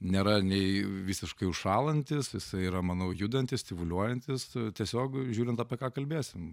nėra nei visiškai užšąlantis jisai yra manau judantis tyvuliuojantis tiesiog žiūrint apie ką kalbėsim